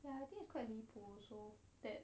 ya I think quite 离谱 so that